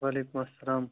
وَعلیکُم اسَلام